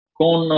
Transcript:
con